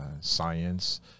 science